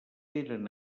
eren